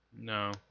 No